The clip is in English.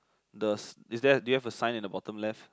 the is there a do you have a sign on the bottom left